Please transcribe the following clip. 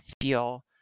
feel